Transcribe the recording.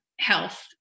health